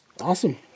Awesome